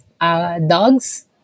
Dogs